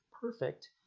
perfect